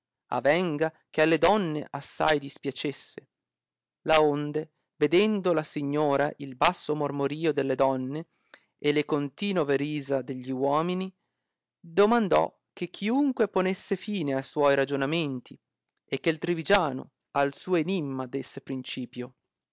avenga che alle donne assai dispiacesse laonde vedendo la signora il basso mormorio delle donne e le continove risa degli uomini domandò che chiunque ponesse fine a suoi ragionamenti e che trivigiano al suo enimma desse principio